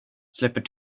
släpper